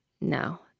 no